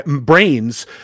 brains